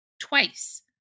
twice